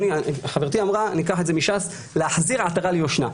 חברתי אמרה וניקח את זה מש"ס, להחזיר עטרה ליושנה.